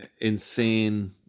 insane